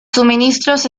suministros